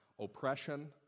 oppression